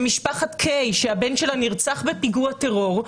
למשפחת קיי שהבן שלה נרצח בפיגוע טרור,